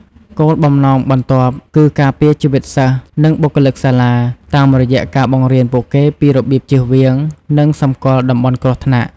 គោលបំណងបន្ទាប់គឺ ការពារជីវិតសិស្ស និងបុគ្គលិកសាលា តាមរយៈការបង្រៀនពួកគេពីរបៀបចៀសវាង និងសម្គាល់តំបន់គ្រោះថ្នាក់។